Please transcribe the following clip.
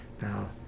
Now